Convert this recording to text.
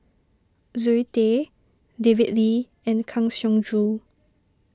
Zoe Tay David Lee and Kang Siong Joo